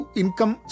income